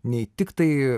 nei tiktai